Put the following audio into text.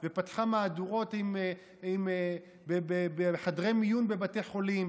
ופתחה מהדורות בחדרי מיון בבתי חולים,